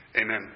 Amen